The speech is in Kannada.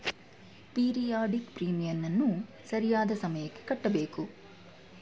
ಪೀರಿಯಾಡಿಕ್ ಪ್ರೀಮಿಯಂನ್ನು ಸರಿಯಾದ ಸಮಯಕ್ಕೆ ಕಟ್ಟಬೇಕು